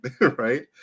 Right